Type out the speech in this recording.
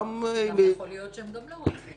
גם יכול להיות שהם גם לא רוצחים.